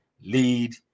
lead